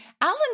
Alan